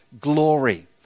glory